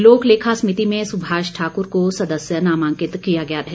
लोक लेखा समिति में सुभाष ठाकुर को सदस्य नामांकित किया गया है